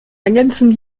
ergänzen